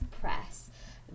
press